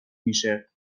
میشه